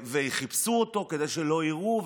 וחיפשו אותו כדי שלא יראו,